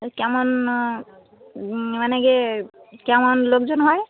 কেমন মানে কেমন লোকজন হয়